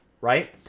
right